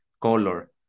color